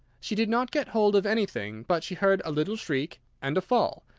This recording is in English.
she did not get hold of anything, but she heard a little shriek and a fall,